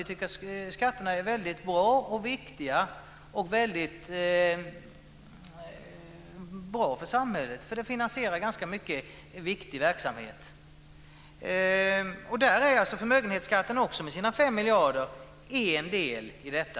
Vi tycker att skatterna är bra och viktiga för samhället. De finansierar ganska mycket viktig verksamhet, och förmögenhetsskatten med sina 5 miljarder är alltså en del i detta.